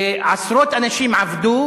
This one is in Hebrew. עשרות אנשים עבדו,